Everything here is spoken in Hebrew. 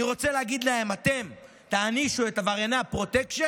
אני רוצה להגיד להם: אתם תענישו את עברייני הפרוטקשן